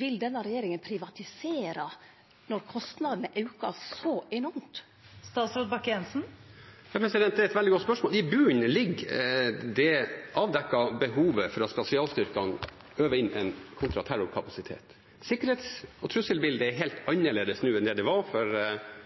vil denne regjeringa privatisere når kostnadene aukar så enormt? Det er et veldig godt spørsmål. I bunnen ligger det avdekkede behovet for at spesialstyrkene øver inn en kontraterrorkapasitet. Sikkerhets- og trusselbildet er helt annerledes nå enn det var for